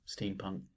steampunk